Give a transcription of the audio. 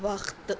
وقت